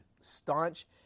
staunch